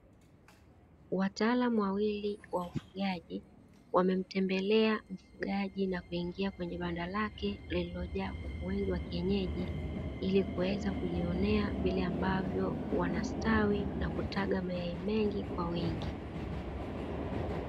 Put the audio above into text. Wataalamu wawili wa ufugaji wamemtembelea mfugaji na kuingia kwenye banda lake lililojaa kuku wengi wa kienyeji, ili kuweza kujionea vile ambavyo wanastawi na kutaga mayai mengi kwa wingi.